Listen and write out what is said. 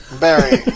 Barry